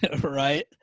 right